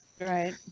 Right